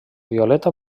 violeta